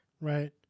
right